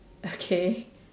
okay